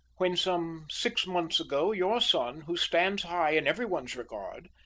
when some six months ago, your son, who stands high in every one's regard,